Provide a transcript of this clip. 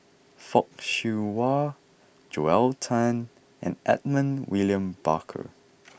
Fock Siew Wah Joel Tan and Edmund William Barker